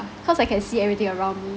cause I can see everything around me